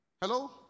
Hello